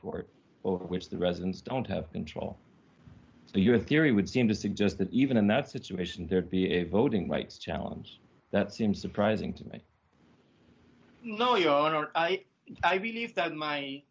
court which the residents don't have control so your theory would seem to suggest that even in that situation there'd be a voting rights challenge that seems surprising to me you know you are i believe that my